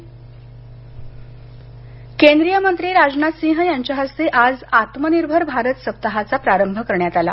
केंद्रीय संरक्षण मंत्री राजनाथसिंह यांच्या हस्ते आज आत्मनिर्भर भारत सप्ताहाचा प्रारंभ करण्यात आला